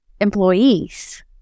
employees